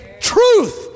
truth